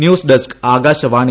news desk Akashvani